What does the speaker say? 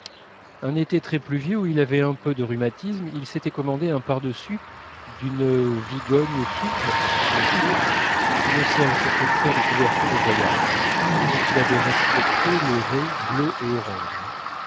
un été pluvieux où il avait un peu de rhumatisme il s'était commandé un pardessus d'une vigogne souple mais chaude qui ne sert que pour faire des couvertures de voyage et dont il avait respecté les raies bleues et orange